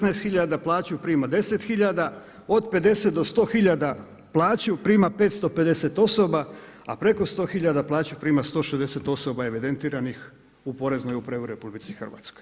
16 hiljada plaću prima 10 hiljada, od 50 do 100 hiljada plaću prima 550 osoba, a preko 100 hiljada plaću prima 160 osoba evidentiranih u Poreznoj upravi u RH.